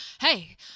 hey